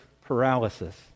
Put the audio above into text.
paralysis